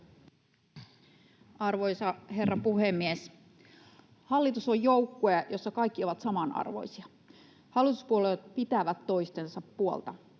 Arvoisa herra puhemies! Hallitus on joukkue, jossa kaikki ovat samanarvoisia. Hallituspuolueet pitävät toistensa puolta.